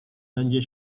będzie